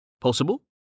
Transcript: Possible